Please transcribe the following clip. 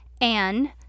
Anne